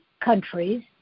countries